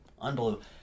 unbelievable